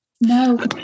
no